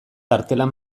artelan